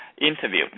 interview